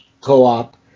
co-op